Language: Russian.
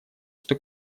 что